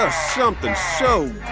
ah something so